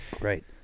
Right